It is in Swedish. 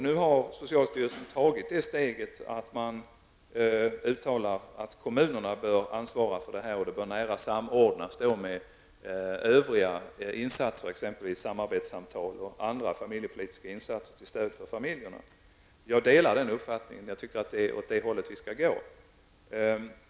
Nu har socialstyrelsen tagit det steget att uttala att kommunerna bör ansvara för detta och att det då bör samordnas med övriga insatser, t.ex. samarbetssamtal och andra familjepolitiska åtgärder. Jag delar den uppfattningen. Jag tycker att det är åt det hållet som vi skall gå.